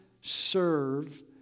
serve